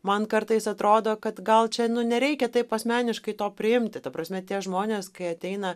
man kartais atrodo kad gal čia nereikia taip asmeniškai to priimti ta prasme tie žmonės kai ateina